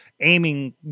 aiming